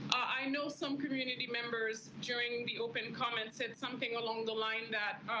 i know some community members during the open comments at something along the line that